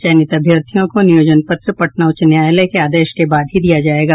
चयनित अभ्यर्थियों को नियोजन पत्र पटना उच्च न्यायालय के आदेश के बाद ही दिया जायेगा